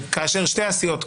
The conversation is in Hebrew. כאשר שתי הסיעות,